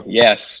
yes